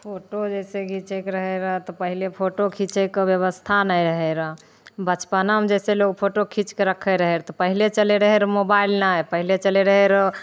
photo जैसे घीचैके रहै रऽ तऽ पहिले फोटो खीचैके बैबस्था नहि रहय रऽ बचपनामे जैसे लोग फोटो खीचके रखै रहए तऽ पहिले चलै रहए रऽ मोबाइल नहि पहिले चलए रहए रऽ